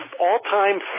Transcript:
all-time